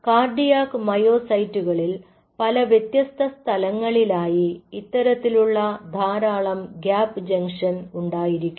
cardiac മയോ സൈറ്റുകളിൽ പല വ്യത്യസ്ത സ്ഥലങ്ങളിലായി ഇത്തരത്തിലുള്ള ധാരാളം ഗ്യാപ്പ് ജംഗ്ഷൻ ഉണ്ടായിരിക്കും